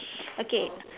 okay